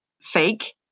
fake